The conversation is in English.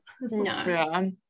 no